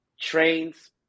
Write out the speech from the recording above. trains